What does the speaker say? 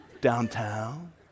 downtown